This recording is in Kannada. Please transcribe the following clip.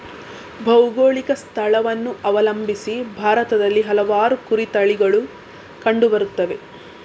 ಭೌಗೋಳಿಕ ಸ್ಥಳವನ್ನು ಅವಲಂಬಿಸಿ ಭಾರತದಲ್ಲಿ ಹಲವಾರು ಕುರಿ ತಳಿಗಳು ಕಂಡು ಬರುತ್ತವೆ